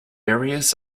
areas